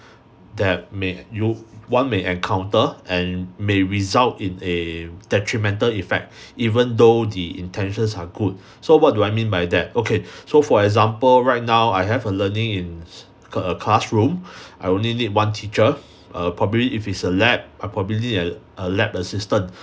that may you one may encounter and may result in a detrimental effect even though the intentions are good so what do I mean by that okay so for example right now I have a learning in a classroom I only need one teacher uh probably if it's a lab I probably need a lab assistant